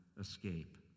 escape